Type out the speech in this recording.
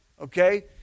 Okay